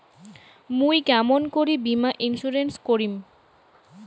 মুই কেমন করি বীমা ইন্সুরেন্স করিম?